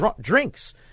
drinks